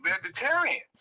vegetarians